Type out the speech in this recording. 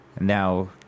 Now